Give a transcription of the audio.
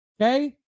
okay